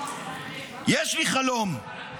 יש לי חלום,